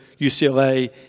UCLA